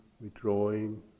withdrawing